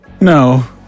No